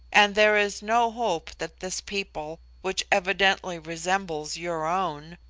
and there is no hope that this people, which evidently resembles your own,